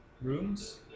rooms